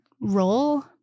role